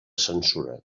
censura